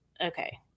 okay